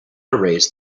erase